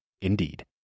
Indeed